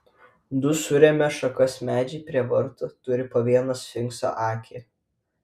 du surėmę šakas medžiai prie vartų turi po vieną sfinkso akį